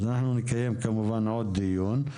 אז אנחנו נקיים כמובן עוד דיון.